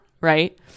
right